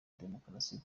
demokarasi